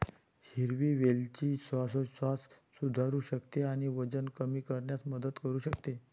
हिरवी वेलची श्वासोच्छवास सुधारू शकते आणि वजन कमी करण्यास मदत करू शकते